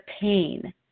pain